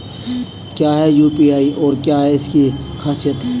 क्या है यू.पी.आई और क्या है इसकी खासियत?